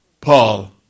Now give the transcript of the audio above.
Paul